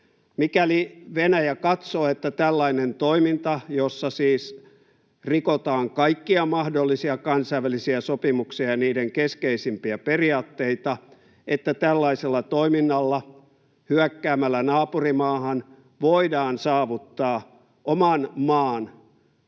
mikäli Venäjä katsoo, että tällaisella toiminnalla, jossa siis rikotaan kaikkia mahdollisia kansainvälisiä sopimuksia ja niiden keskeisimpiä periaatteita, hyökkäämällä naapurimaahan, voidaan saavuttaa oman maan